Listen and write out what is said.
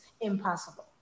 impossible